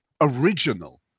original